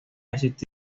existido